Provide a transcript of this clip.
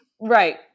right